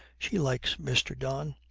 she likes mr. don,